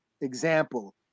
example